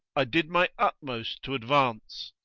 i did my utmost to advance,